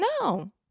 No